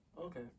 Okay